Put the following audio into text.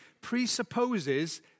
presupposes